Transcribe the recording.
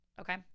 Okay